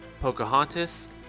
pocahontas